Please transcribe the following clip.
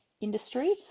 industry